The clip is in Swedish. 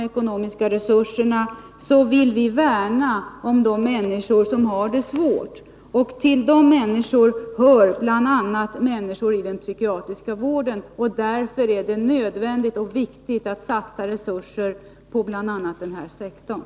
Vi vill värna om de människor som har det svårt, och till dem hör bl.a. människor i den psykiatriska vården. Därför är det både nödvändigt och viktigt att satsa resurser på den sektorn.